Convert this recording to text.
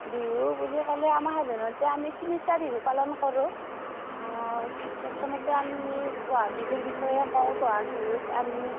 বিহু বুলি ক'লে আমাৰ সাধাৰণতে আমি তিনিটা বিহু পালন কৰোঁ প্ৰথমে আমি বহাগ বিহুৰ বিষয়ে কওঁ বহাগ বিহুত আমি